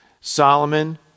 Solomon